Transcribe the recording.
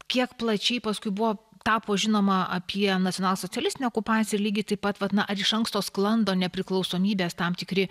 kiek plačiai paskui buvo tapo žinoma apie nacionalsocialistinę okupaciją lygiai taip pat vat na ar iš anksto sklando nepriklausomybės tam tikri